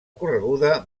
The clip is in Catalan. correguda